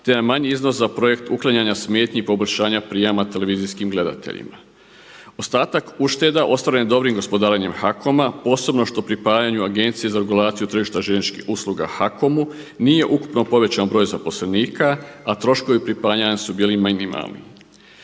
te jedan manji iznos za projekt uklanjanja smetnji i poboljšanja prijama televizijskim gledateljima. Ostatak ušteda ostvaren dobrim gospodarenjem HAKOM-a posebno što pripajanju Agencije za regulaciju tržišta željezničkih usluga HAKOM-u nije ukupno povećan broj zaposlenika, a troškovi pripajanja su bili minimalni.